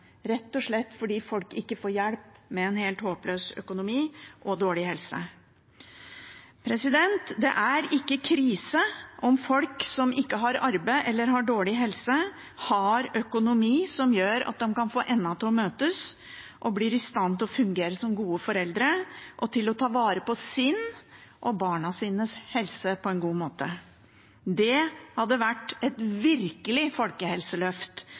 rett og slett fordi folk ikke får hjelp med en helt håpløs økonomi og dårlig helse. Det er ikke krise om folk som ikke har arbeid, eller som har dårlig helse, har en økonomi som gjør at de får endene til å møtes og blir i stand til å fungere som gode foreldre og ta vare på sin egen og barnas helse på en god måte. Det hadde vært et virkelig folkehelseløft